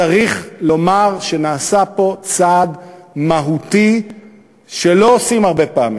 צריך לומר שנעשה פה צעד מהותי שלא עושים הרבה פעמים.